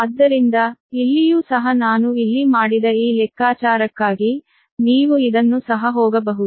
ಆದ್ದರಿಂದ ಇಲ್ಲಿಯೂ ಸಹ ನಾನು ಇಲ್ಲಿ ಮಾಡಿದ ಈ ಲೆಕ್ಕಾಚಾರಕ್ಕಾಗಿ ನೀವು ಇದನ್ನು ಸಹ ಹೋಗಬಹುದು